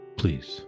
please